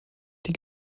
die